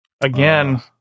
Again